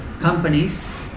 companies